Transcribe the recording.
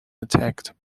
attack